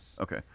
Okay